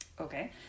okay